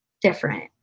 different